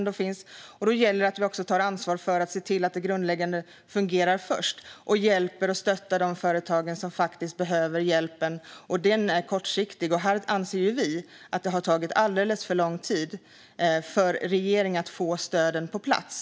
Då gäller det att vi också tar ansvar för att se till att det grundläggande fungerar först och hjälper och stöttar de företag som faktiskt behöver hjälpen. Den är kortsiktig, och här anser vi att det har tagit alldeles för lång tid för regeringen att få stöden på plats.